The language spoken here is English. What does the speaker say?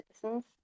citizens